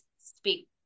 speak